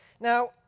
Now